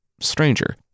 stranger